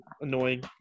annoying